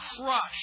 crushed